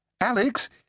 Alex